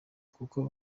kuko